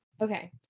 okay